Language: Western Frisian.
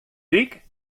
dyk